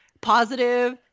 positive